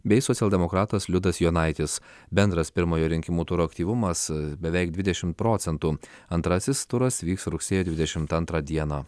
bei socialdemokratas liudas jonaitis bendras pirmojo rinkimų turo aktyvumas beveik dvidešim procentų antrasis turas vyks rugsėjo dvidešimt antrą dieną